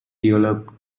developed